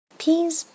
peas